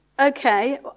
Okay